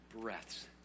breaths